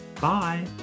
Bye